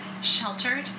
Sheltered